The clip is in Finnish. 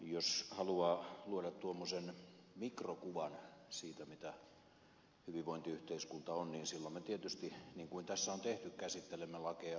jos haluaa luoda tuommoisen mikrokuvan siitä mitä hyvinvointiyhteiskunta on niin silloin me tietysti niin kuin tässä on tehty käsittelemme lakeja ja asetuksia